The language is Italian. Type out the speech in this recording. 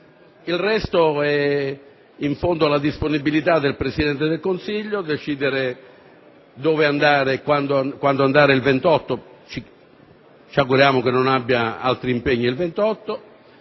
il resto, sta alla disponibilità del Presidente del Consiglio decidere dove e quando andare il 28 - ci auguriamo che non abbia altri impegni quel